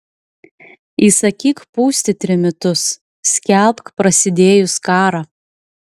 įsakyk pūsti trimitus skelbk prasidėjus karą